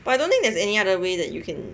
but I don't think there's any other way that you can